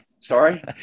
sorry